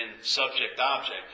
subject-object